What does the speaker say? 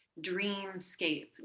dreamscape